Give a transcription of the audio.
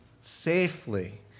safely